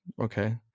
okay